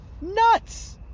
nuts